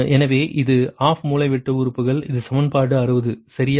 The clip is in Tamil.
எனவே இது ஆஃப் மூலைவிட்ட உறுப்புகள் இது சமன்பாடு 60 சரியா